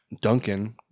Duncan